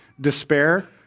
despair